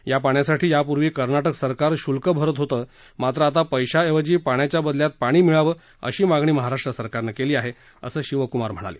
या पाण्यासाठी यापूर्वी कर्नाटक सरकार शुल्कं भरत होतं मात्र आता पध्यऐवजी पाण्याच्या बदल्यात पाणी मिळावं अशी मागणी महाराष्ट्र सरकारनं केली आहे असं शिवकुमार म्हणाले